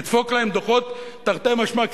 לדפוק להם דוחות תרתי משמע,